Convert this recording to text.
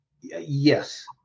Yes